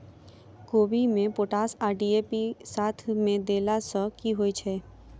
कोबी मे पोटाश आ डी.ए.पी साथ मे देला सऽ की होइ छै?